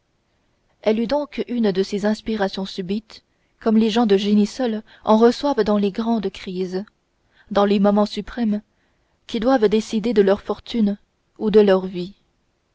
elle eut donc une de ces inspirations subites comme les gens de génie seuls en reçoivent dans les grandes crises dans les moments suprêmes qui doivent décider de leur fortune ou de leur vie